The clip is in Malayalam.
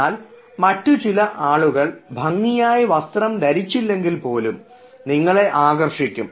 എന്നാൽ മറ്റു ചില ആളുകൾ ഭംഗിയായി വസ്ത്രം ധരിച്ചില്ലെങ്കിൽ പോലും നിങ്ങളെ ആകർഷിക്കും